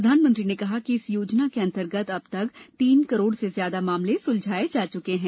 प्रधानमंत्री ने कहा कि इस योजना के अंतर्गत अब तक तीन करोड़ से ज्यादा मामले सुलझाए जा चुके हैं